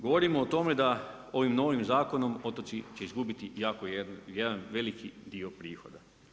Govorimo o tome da ovim novim zakonom otoci će izgubiti jako jedan veliki dio prihoda.